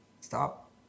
stop